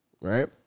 right